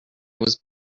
was